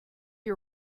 you